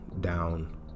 down